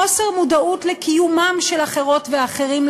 חוסר מודעות לקיומם של אחרות ואחרים,